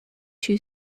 two